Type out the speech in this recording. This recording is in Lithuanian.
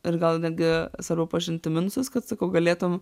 ir gal netgi svarbiau pažinti minusus kad sakau galėtum